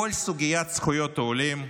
כל סוגיית זכויות העולים: